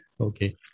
Okay